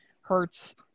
hurts